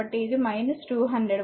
కాబట్టి ఇది 200 వోల్ట్